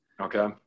Okay